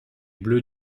bleus